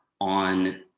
on